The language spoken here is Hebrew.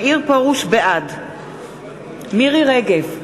בעד מירי רגב,